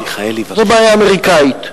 זו בעיה אמריקנית,